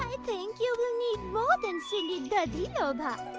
i think you will need more than silly dadhilobha.